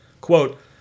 Quote